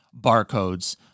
barcodes